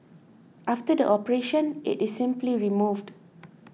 after the operation it is simply removed